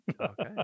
Okay